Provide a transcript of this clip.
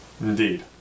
Indeed